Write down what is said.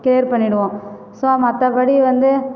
clear பண்ணிடுவோம் so மற்றபடி வந்து